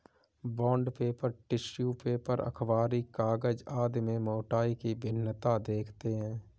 bond paper, tissue paper, अखबारी कागज आदि में मोटाई की भिन्नता देखते हैं